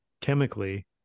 chemically